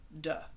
Duh